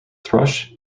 thrush